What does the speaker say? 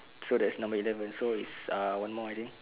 so that's number eleven so it's ah one more already